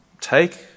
take